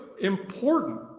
important